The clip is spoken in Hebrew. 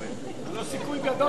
פשוט אני לא רוצה שהיא,